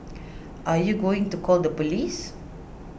are you going to call the police